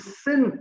sin